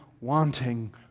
wanting